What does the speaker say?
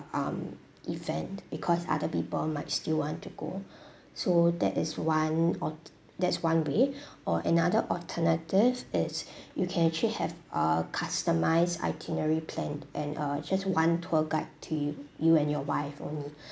um event because other people might still want to go so that is one or that's one way or another alternative is you can actually have a customized itinerary plan and uh just one tour guide to you you and your wife only